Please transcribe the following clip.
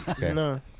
No